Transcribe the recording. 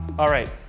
alright,